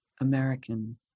American